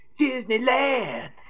Disneyland